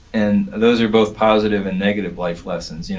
and those are both positive and negative life lessons.